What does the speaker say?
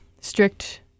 strict